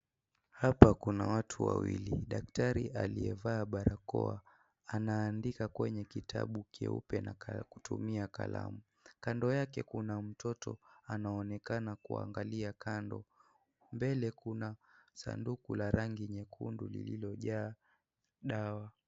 Hapa kuna watu wawili. Daktari aliyevaa barakoa anaandika kwenye kitabu cheupe kwa kutumia kalamu. Kando yake kuna mtoto anaonekana kuangalia kando. Mbele kuna sanduku la rangi nyekundu lililojaa dawa.